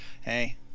hey